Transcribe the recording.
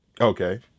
Okay